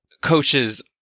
coaches